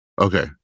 Okay